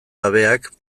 gabeak